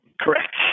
Correct